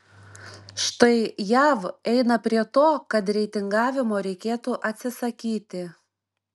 štai jav eina prie to kad reitingavimo reikėtų atsisakyti